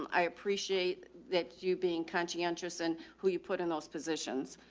um i appreciate that you being conscientious and who you put in those positions.